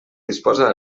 disposa